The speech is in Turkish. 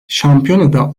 şampiyonada